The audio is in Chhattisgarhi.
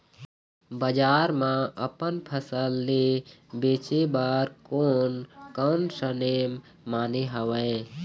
बजार मा अपन फसल ले बेचे बार कोन कौन सा नेम माने हवे?